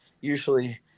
usually